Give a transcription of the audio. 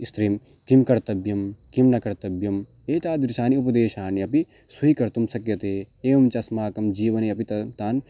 स्त्रीं किं कर्तव्यं किं न कर्तव्यम् एतादृशानि उपदेशानि अपि स्वीकर्तुं शक्यन्ते एवं च अस्माकं जीवने अपि त तान्